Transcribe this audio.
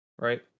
right